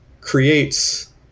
creates